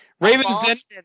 Raven's